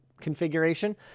configuration